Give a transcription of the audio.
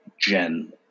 gen